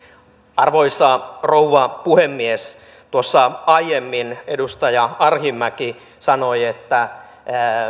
arvoisa rouva puhemies tuossa aiemmin edustaja arhinmäki sanoi että